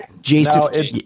Jason